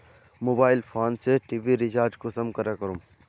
Mobile phone से TV recharge कुंसम करे करूम?